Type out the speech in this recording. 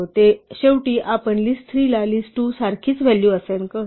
आणि शेवटी आपण list 3 ला list 2 सारखीच व्हॅल्यू असाइन करतो